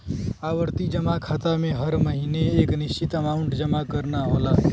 आवर्ती जमा खाता में हर महीने एक निश्चित अमांउट जमा करना होला